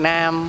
Nam